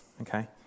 okay